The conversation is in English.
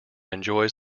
enjoys